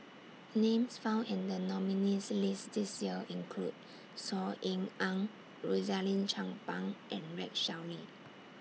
Names found in The nominees' list This Year include Saw Ean Ang Rosaline Chan Pang and Rex Shelley